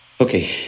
Okay